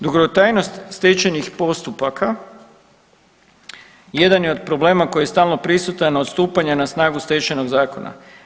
Dugotrajnost stečenih postupaka jedan od problema koji je stalno prisutan od stupanja na snagu Stečajnog zakona.